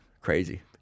Crazy